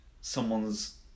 someone's